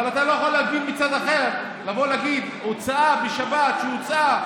אבל אתה לא יכול מצד אחר להגיד שהוצאה בשבת שהוצאה